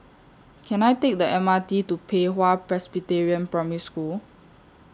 Can I Take The M R T to Pei Hwa Presbyterian Primary School